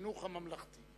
החינוך הממלכתי.